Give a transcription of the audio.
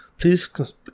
please